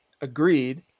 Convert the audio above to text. agreed